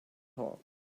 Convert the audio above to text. talk